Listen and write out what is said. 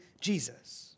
Jesus